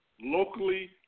locally